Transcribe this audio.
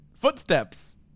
Footsteps